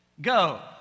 Go